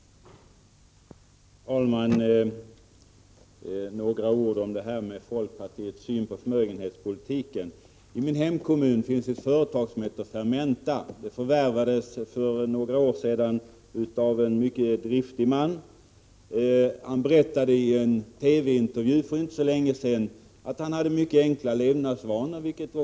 Denna lag träder i kraft den 1 januari 1986. Äldre bestämmelser gäller fortfarande om skattskyldighet inträtt dessförinnan.